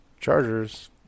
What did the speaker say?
Chargers